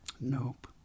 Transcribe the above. Nope